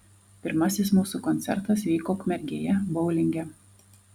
pirmasis mūsų koncertas vyko ukmergėje boulinge